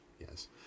yes